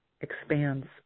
expands